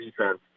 defense